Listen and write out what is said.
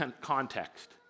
context